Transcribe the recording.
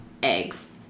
eggs